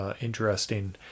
interesting